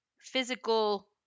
physical